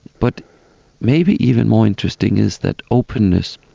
but maybe even more interesting is that openness,